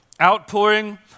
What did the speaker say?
outpouring